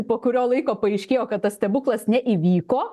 po kurio laiko paaiškėjo kad tas stebuklas neįvyko